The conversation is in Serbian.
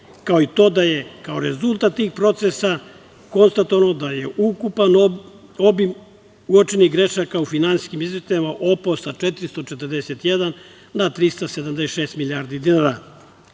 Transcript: kao i to da je rezultat tih procesa konstatovano da je ukupan obim uočenih grešaka u finansijskim izveštajima opao sa 441 na 376 milijardi dinara. Ono